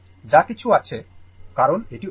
যা কিছু আসে কারণ এটি ওপেন